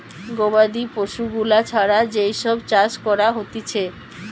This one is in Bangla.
গবাদি পশু গুলা ছাড়া যেই সব চাষ করা হতিছে